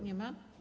Nie ma.